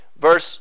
Verse